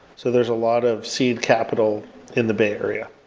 so there's a lot of seed capital in the bay area